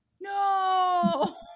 no